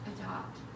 adopt